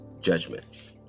judgment